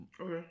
Okay